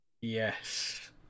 Yes